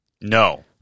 No